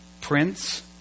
Prince